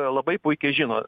labai puikiai žino